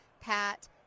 Pat